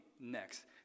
next